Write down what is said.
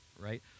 Right